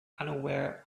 unaware